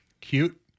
Cute